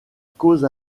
cause